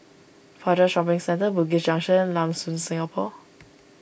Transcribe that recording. Fajar Shopping Centre Bugis Junction Lam Soon Singapore